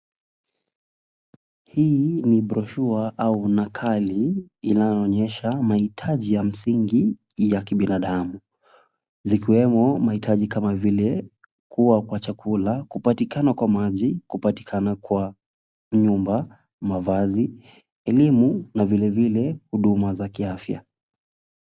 Hii ni broshua au nakali inayoonyesha mahitaji ya msingi ya kibinadamu. Zikiweko mahitaji kama vile kuwa kwa chakula, kupatikana kwa maji, kupatikana kwa nyumba, mavazi, elimu na vilevile huduma za kiafya.